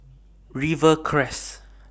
Rivercrest